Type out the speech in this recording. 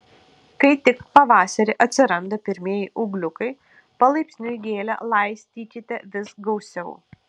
kai tik pavasarį atsiranda pirmieji ūgliukai palaipsniui gėlę laistykite vis gausiau